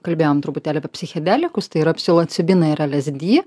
kalbėjom truputėlį apie psichedelikus tai yra psilocibinai ir lsd